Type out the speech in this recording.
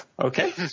Okay